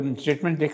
statement